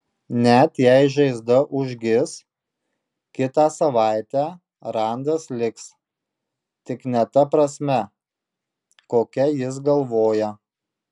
net jei žaizda užgis kitą savaitę randas liks tik ne ta prasme kokia jis galvoja